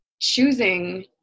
choosing